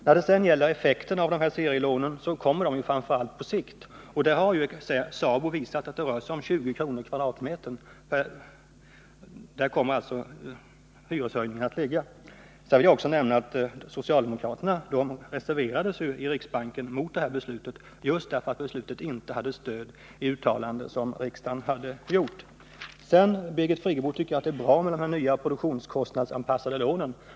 När det sedan gäller effekterna av serielånen kommer dessa att framför allt visa sig på sikt, men SABO har visat att hyreshöjningarna kommer att ligga på omkring 20 kr. per kvadratmeter. Jag vill också nämna att socialdemokraterna i riksbanksfullmäktige reserverade sig mot det här beslutet just därför att det inte hade stöd i det uttalande som riksdagen gjort. Vidare vill jag säga, Birgit Friggebo, att jag tycker det är bra med de här nya produktionskostnadsanpassade lånen.